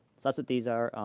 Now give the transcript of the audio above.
so that's what these are.